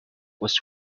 was